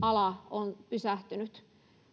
ala on pysähtynyt